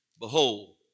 behold